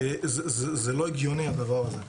זה לא הגיוני הדבר הזה.